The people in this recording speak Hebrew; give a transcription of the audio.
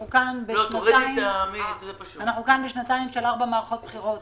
אנחנו כאן בשנתיים של ארבע מערכות בחירות.